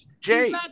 Jay